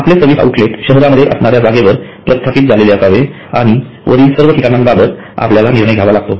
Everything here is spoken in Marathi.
आपले सर्व्हिस आउटलेट शहरामधे असणाऱ्या जागेवर प्रस्थपित झालेले असावे आणि वरील सर्व ठिकाणांबाबत आपल्याला निर्णय घ्यावा लागतो